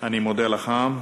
אני מודה לך.